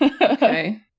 Okay